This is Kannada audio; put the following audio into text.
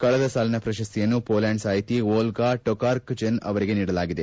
ಕಳೆದ ಸಾಲಿನ ಪ್ರಶಸ್ತಿಯನ್ನು ಮೋಲೆಂಡ್ ಸಾಹಿತಿ ಓಲ್ಗಾ ಟೋಕಾರ್ಕ್ಜಕ್ ಅವರಿಗೆ ನೀಡಲಾಗಿದೆ